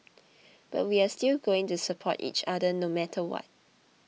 but we are still going to support each other no matter what